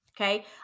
Okay